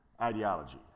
ideology